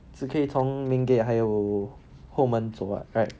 只可以从 main gate 还有后门走 [what] right